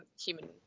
human